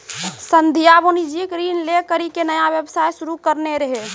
संध्या वाणिज्यिक ऋण लै करि के नया व्यवसाय शुरू करने रहै